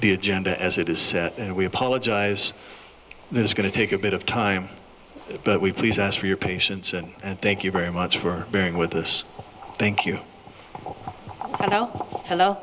the agenda as it is and we apologize this is going to take a bit of time but we please ask for your patience and i thank you very much for being with us thank you oh hello